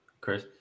Chris